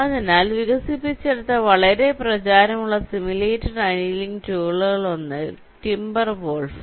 അതിനാൽ വികസിപ്പിച്ചെടുത്ത വളരെ പ്രചാരമുള്ള സിമുലേറ്റ് അനിയലിംഗ് ടൂളിലൊന്നാണ് ടിംബർവോൾഫ്